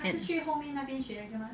and